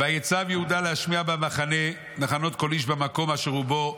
"ויצו יהודה להשמיע במחנות כל איש במקום אשר הוא בו,